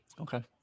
Okay